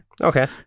okay